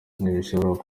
ntibishoboka